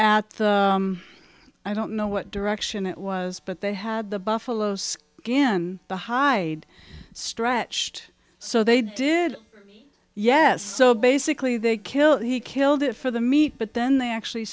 the i don't know what direction it was but they had the buffaloes again the hide stretched so they did yes so basically they kill he killed it for the meat but then they actually